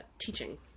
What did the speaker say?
teaching